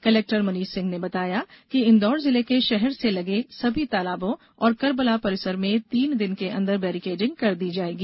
collector Manish Singh ने बताया कि इंदौर जिले के शहर से लगे सभी तालाबों और कर्बला परिसर में तीन दिन के अंदर बैरिकेडिंग कर दी जायेगी